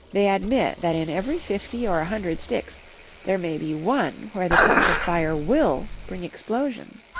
they admit that in every fifty or a hundred sticks there may be one where the touch of fire will bring explosion.